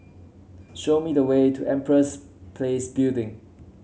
show me the way to Empress Place Building